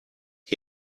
and